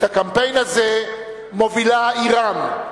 את הקמפיין הזה מובילה אירן,